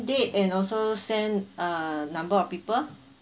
date and also same uh number of people